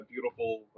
beautiful